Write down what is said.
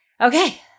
Okay